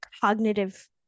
cognitive